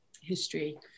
history